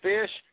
Fish –